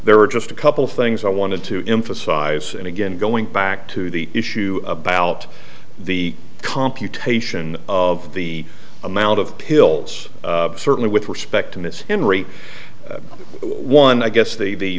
there were just a couple of things i wanted to emphasize and again going back to the issue about the computation of the amount of pills certainly with respect to ms in rate one i guess the